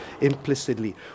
implicitly